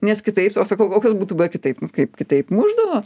nes kitaip o sakau kokios būtų kitaip nu kaip kitaip mušdavo